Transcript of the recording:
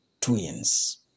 twins